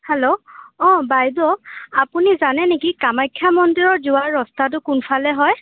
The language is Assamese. হেল্ল' অঁ বাইদেউ আপুনি জানে নেকি কামাখ্যা মন্দিৰৰ যোৱা ৰাস্তাটো কোনফালে হয়